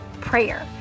prayer